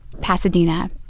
Pasadena